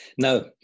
No